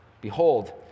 Behold